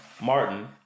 Martin